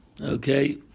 okay